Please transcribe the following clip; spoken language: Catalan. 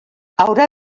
haurà